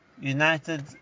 united